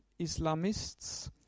Islamists